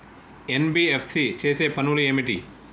NBFC చేసే పనులు ఏమిటి?